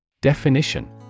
Definition